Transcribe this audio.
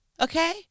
okay